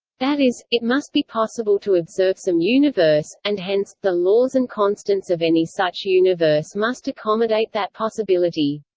that is, it must be possible to observe some universe, and hence, hence, the laws and constants of any such universe must accommodate that possibility.